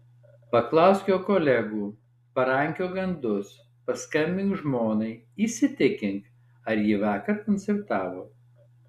paklausk jo kolegų parankiok gandus paskambink žmonai įsitikink ar ji vakar koncertavo